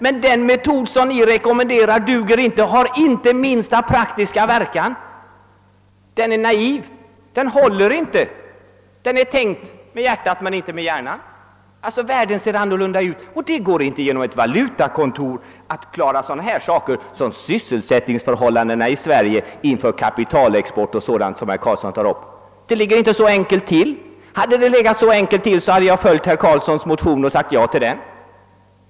Men den metod som ni rekommenderar duger inte och har inte minsta praktiska verkan. Den är naiv, den håller inte, den är tänkt med hjärtat men inte med hjärnan. Världen ser annorlunda ut. Det går inte att genom ett valutakontor klara sådana saker som sysselsättningsförhållandena i Sverige genom att förhindra kapitalexport och sådant som herr Karlsson tar upp. Det ligger inte så enkelt till. Hade det legat så enkelt till, hade jag följt herr Karlssons motion och sagt ja till den.